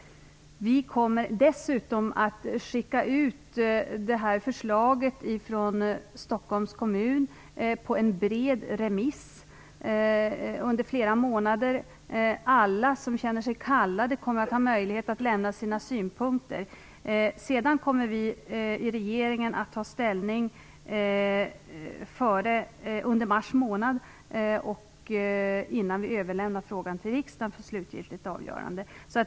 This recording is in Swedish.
Vi kommer dessutom att skicka ut förslaget från Stockholms kommun på en bred remiss under flera månader. Alla som känner sig kallade kommer att ha möjlighet att lämna synpunkter. Sedan kommer regeringen att ta ställning under mars månad innan frågan överlämnas till riksdagen för slutligt avgörande.